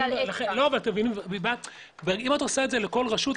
אם את עושה את זה לכל רשות,